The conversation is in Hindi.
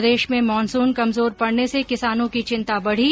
प्रदेश में मानसून कमजोर पड़ने से किसानों की चिंता बढ़ी